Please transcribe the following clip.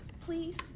Please